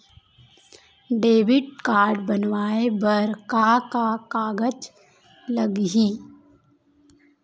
Debit card बनवाये बर का का कागज लागही?